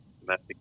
domestic